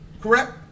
Correct